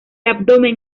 abdomen